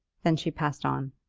then she passed on.